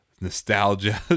nostalgia